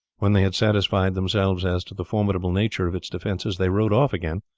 when they had satisfied themselves as to the formidable nature of its defences they rode off again,